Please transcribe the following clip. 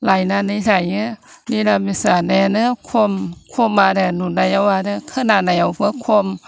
लायनानै जायो निरामिस जानायनो खम खम आरो नुनायाव आरो खोनानायावबो खम